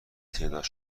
تعداد